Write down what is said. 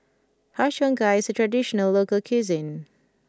Har Cheong Gai is a traditional local cuisine